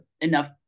enough